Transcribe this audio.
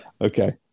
Okay